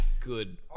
good